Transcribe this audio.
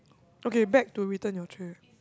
okay back to return your tray